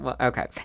Okay